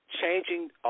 Changing